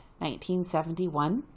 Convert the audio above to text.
1971